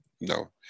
No